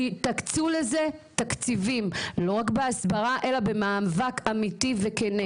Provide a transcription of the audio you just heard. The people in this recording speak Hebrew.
תקצו לזה תקציבים לא רק בהסברה אלא במאבק אמיתי וכנה.